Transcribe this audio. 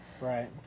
Right